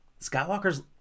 Skywalker's